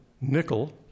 nickel